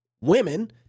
women